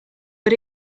but